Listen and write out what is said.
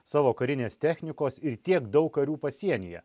savo karinės technikos ir tiek daug karių pasienyje